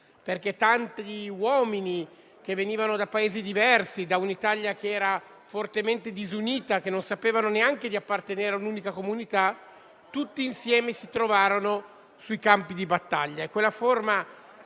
Tanti uomini che venivano da paesi diversi, da un'Italia che era fortemente disunita, che non sapevano neanche di appartenere ad un'unica comunità, tutti insieme si trovarono sui campi di battaglia